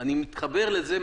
בדיוק, לדגום את כולם.